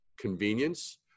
convenience